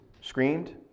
screamed